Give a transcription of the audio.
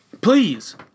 please